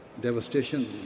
devastation